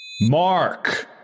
mark